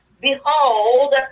behold